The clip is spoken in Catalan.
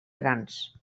grans